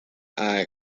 eye